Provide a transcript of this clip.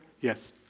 Yes